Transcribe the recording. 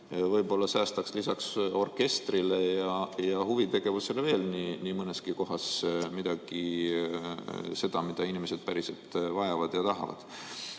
Võib-olla säästaks lisaks orkestrile ja huvitegevusele veel nii mõneski kohas midagi, et teha seda, mida inimesed päriselt vajavad ja tahavad.